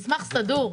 מסמך סדור.